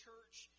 church